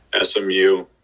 SMU